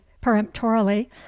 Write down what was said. peremptorily